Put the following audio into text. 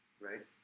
Right